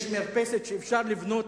יש מרפסת שאפשר לבנות